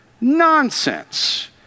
Nonsense